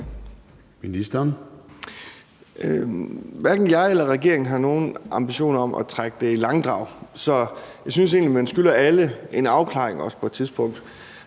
Danielsen): Hverken jeg eller regeringen har nogen ambitioner om at trække det i langdrag, så jeg synes egentlig, at man skylder alle en afklaring på et tidspunkt.